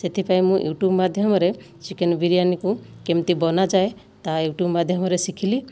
ସେଥିପାଇଁ ମୁଁ ୟୁଟ୍ୟୁବ ମାଧ୍ୟମରେ ଚିକେନ ବିରିୟାନିକୁ କେମିତି ବନାଯାଏ ତାହା ୟୁଟ୍ୟୁବ ମାଧ୍ୟମରେ ଶିଖିଲି